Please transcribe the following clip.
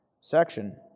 section